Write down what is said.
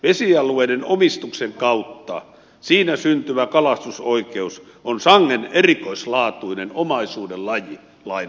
vesialueiden omistuksen kautta siinä syntyvä kalastusoikeus on sangen erikoislaatuinen omaisuuden lai lai